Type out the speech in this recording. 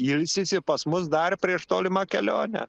ilsisi pas mus dar prieš tolimą kelionę